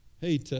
hey